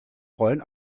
rollen